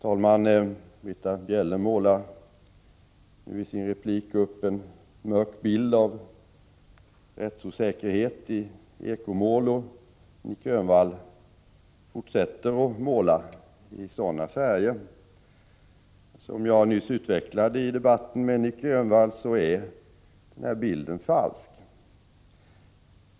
Herr talman! Britta Bjelle målade upp en mörk bild av rättssäkerheten i eko-mål, och Nic Grönvall fortsätter att måla i sådana färger. Som jag nyss utvecklade i debatten med Nic Grönvall är bilden falsk.